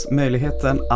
möjligheten